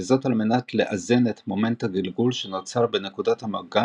וזאת על מנת לאזן את מומנט הגלגול שנוצר בנקודות המגע